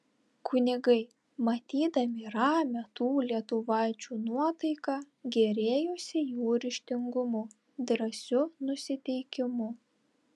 kunigai matydami ramią tų lietuvaičių nuotaiką gėrėjosi jų ryžtingumu drąsiu nusiteikimu